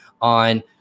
on